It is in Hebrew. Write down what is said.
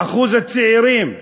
אחוז הצעירים,